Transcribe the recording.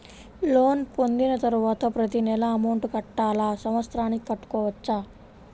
Loan పొందిన తరువాత ప్రతి నెల అమౌంట్ కట్టాలా? సంవత్సరానికి కట్టుకోవచ్చా?